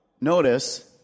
notice